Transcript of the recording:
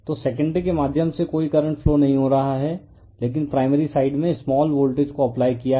तो सेकेंडरी के माध्यम से कोई करंट फ्लो नहीं हो रहा है लेकिन प्राइमरी साइड में स्माल वोल्टेज को अप्लाई किया है